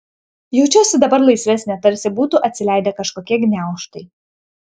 jaučiuosi dabar laisvesnė tarsi būtų atsileidę kažkokie gniaužtai